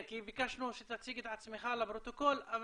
כי ביקשנו שתציג את עצמך לפרוטוקול.